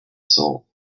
soul